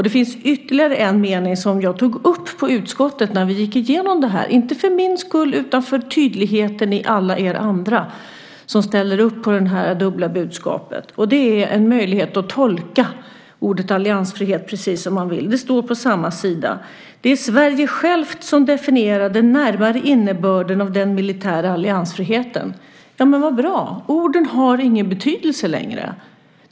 Det finns ytterligare en mening i betänkandet, som jag också tog upp i utskottet när vi gick igenom detta - inte för min skull utan för att tydliggöra för alla er som ställer upp på det dubbla budskapet - och den ger möjlighet att tolka ordet alliansfrihet precis som man vill. På samma sida står nämligen: "Det är Sverige självt som definierar den närmare innebörden av den militära alliansfriheten." Så bra! Orden har ingen betydelse längre.